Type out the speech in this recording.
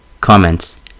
Comments